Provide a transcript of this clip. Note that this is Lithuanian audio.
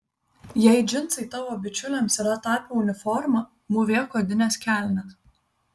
jei džinsai tavo bičiulėms yra tapę uniforma mūvėk odines kelnes